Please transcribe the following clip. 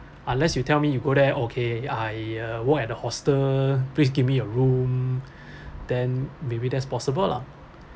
unless you tell me you go there okay I uh work at the hostel please give me a room then maybe that's possible lah